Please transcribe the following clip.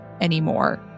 anymore